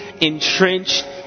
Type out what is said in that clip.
entrenched